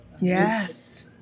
Yes